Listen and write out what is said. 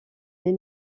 les